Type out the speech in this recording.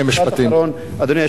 משפט אחרון, אדוני היושב-ראש.